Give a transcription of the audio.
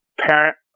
parent